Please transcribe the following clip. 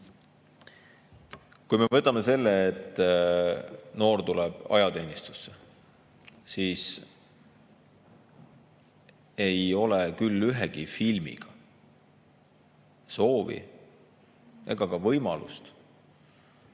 Kui me võtame selle, et noor inimene tuleb ajateenistusse, siis ei ole küll ühegi filmiga soovi ega ka võimalust